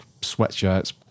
sweatshirts